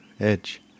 Edge